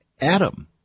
Adam